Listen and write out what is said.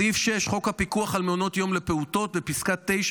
בסעיף 6 בחוק הפיקוח על מעונות יום לפעוטות בפסקה 9,